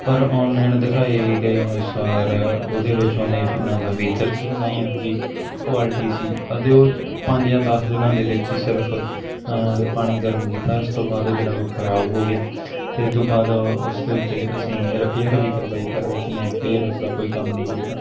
ਪਰ ਔਨਲਾਈਨ ਦਿਖਾਏ ਗਏ ਅਨੁਸਾਰ ਉਹਦੇ ਵਿੱਚ ਓਨੇ ਫੀ ਨਾ ਤਾਂ ਫੀਚਰ ਸੀ ਨਾ ਹੀ ਉਸਦੀ ਕੁਆਲਿਟੀ ਸੀ ਅਤੇ ਉਹ ਪੰਜ ਜਾਂ ਦਸ ਦਿਨਾਂ ਦੇ ਵਿੱਚ ਹੀ ਸਿਰਫ ਪਾਣੀ ਗਰਮ ਕੀਤਾ ਇਸ ਤੋਂ ਬਾਅਦ ਉਹ ਜਿਹੜਾ ਉਹ ਖਰਾਬ ਹੋ ਗਿਆ ਅਤੇ ਇੱਦੂ ਬਾਅਦ ਉਸ ਦੇ ਉੱਤੇ ਅਸੀਂ ਰਿਪੇਅਰ ਵੀ ਕਰਵਾਈ ਪਰ ਉਸਨੇ ਫਿਰ ਉਸਦਾ ਕੋਈ ਕੰਮ ਨਹੀਂ ਕੀਤਾ